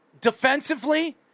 defensively